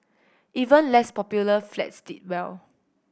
even less popular flats did well